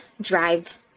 drive